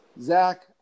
Zach